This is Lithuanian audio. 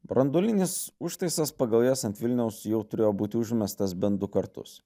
branduolinis užtaisas pagal jas ant vilniaus jau turėjo būti užmestas bent du kartus